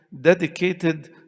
dedicated